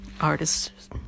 artists